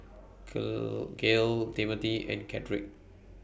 Girl Gayle Timmothy and Cedrick